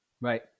Right